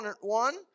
one